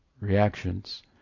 reactions